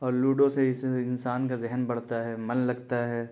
اور لوڈو سے اس انسان کا ذہن بڑھتا ہے من لگتا ہے